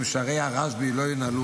שערי הרשב"י לא ננעלו,